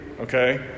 Okay